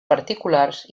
particulars